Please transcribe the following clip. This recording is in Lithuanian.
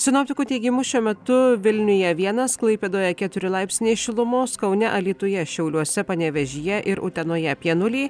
sinoptikų teigimu šiuo metu vilniuje vienas klaipėdoje keturi laipsniai šilumos kaune alytuje šiauliuose panevėžyje ir utenoje apie nulį